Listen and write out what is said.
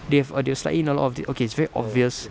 they've err they're slightly no le~ update okay it's very obvious